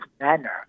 manner